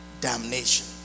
damnation